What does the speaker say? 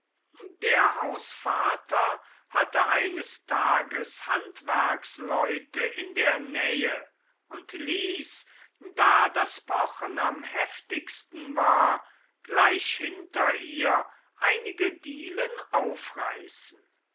der hausvater hatte eines tages handwerksleute in der nähe und ließ da das pochen am heftigsten war gleich hinter ihr einige dielen aufreißen